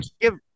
give